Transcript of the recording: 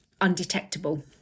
undetectable